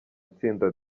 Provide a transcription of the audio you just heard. itsinda